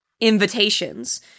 invitations